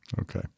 Okay